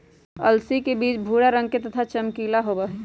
अलसी के बीज भूरा रंग के तथा चमकीला होबा हई